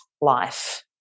life